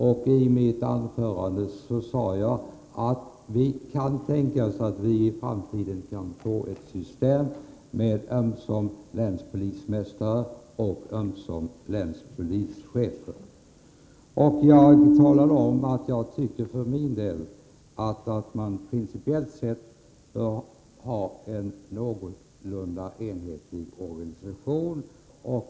I mitt tidigare anförande sade jag att det kan tänkas att vi i framtiden kan få ett system med ömsom länspolismästare, ömsom länspolischefer. Jag talade om att jag för min del tycker att man principiellt sett bör ha en någorlunda enhetlig organisation.